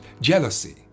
Jealousy